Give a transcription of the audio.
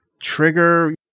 trigger